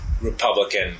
Republican